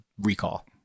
recall